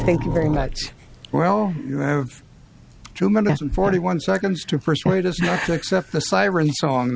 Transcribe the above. thank you very much well you have two minutes and forty one seconds to persuade us to accept the siren song